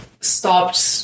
stopped